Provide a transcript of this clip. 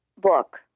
book